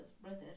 brother